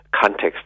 context